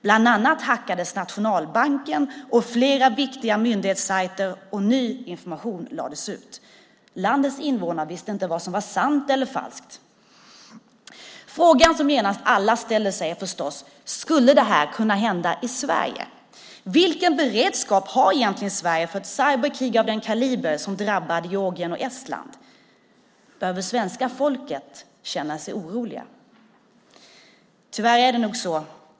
Bland annat hackades nationalbankens och flera viktiga myndigheters sajter och ny information lades ut. Landets invånare visste inte vad som var sant eller falskt. Frågan som alla genast ställer sig är förstås: Skulle det här kunna hända i Sverige? Vilken beredskap har egentligen Sverige för att ett cyberkrig av den kaliber som drabbade Georgien och Estland? Behöver svenska folket känna sig oroliga? Tyvärr är det nog så.